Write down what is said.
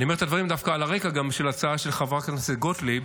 אני אומר את הדברים דווקא גם על הרקע של הצעה של חברת הכנסת גוטליב